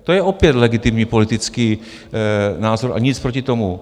To je opět legitimní politický názor a nic proti tomu.